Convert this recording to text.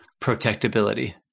protectability